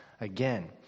again